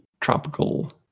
tropical